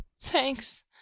Thanks